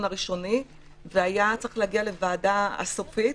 הראשוני והיה צריך להגיע לוועדה הסופית,